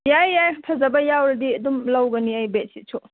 ꯌꯥꯏ ꯌꯥꯏ ꯐꯖꯕ ꯌꯥꯎꯔꯗꯤ ꯑꯗꯨꯝ ꯂꯧꯒꯅꯤ ꯑꯩ ꯕꯦꯠꯁꯤꯠꯁꯨ